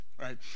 right